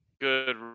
good